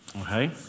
okay